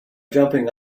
jumping